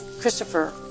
Christopher